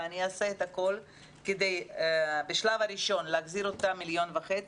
ואני אעשה את הכל כדי בשלב הראשון להחזיר את אותם 1,500,000,